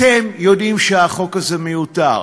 אתם יודעים שהחוק הזה מיותר.